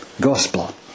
gospel